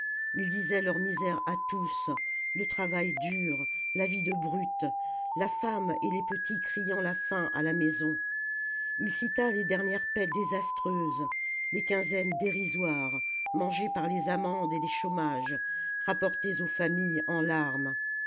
il disait leur misère à tous le travail dur la vie de brute la femme et les petits criant la faim à la maison il cita les dernières paies désastreuses les quinzaines dérisoires mangées par les amendes et les chômages rapportées aux familles en larmes